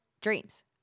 Dreams